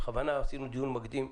בכוונה ערכנו דיון מקדים.